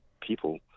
people